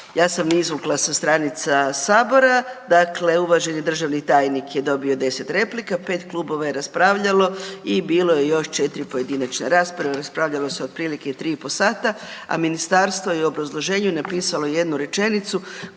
ja sam izvukla sa stranica Sabora, dakle uvaženi državni tajnik je dobio 10 replika, 5 klubova je raspravljalo i bilo je još 4 pojedinačne rasprave, raspravljalo se otprilike 3,5 sata, a ministarstvo je u obrazloženju napisalo jednu rečenicu